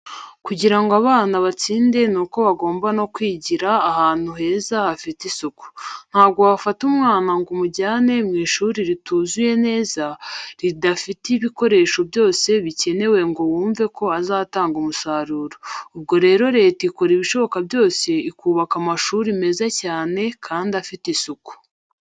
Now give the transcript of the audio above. Kugira ngo abana batsinde ni uko bagomba no kwigira ahantu heza hafite isuku. Ntabwo wafata umwana ngo umujyane mu ishuri rituzuye neza, ridafite ibikoresho byose bikenewe ngo wumve ko azatanga umusaruro. ubwo rero leta ikora ibishoboka byose ikubaka amashuri meza cyane kandi afite isuku.